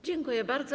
Dziękuję bardzo.